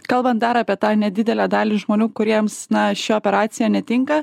kalbant dar apie tą nedidelę dalį žmonių kuriems na ši operacija netinka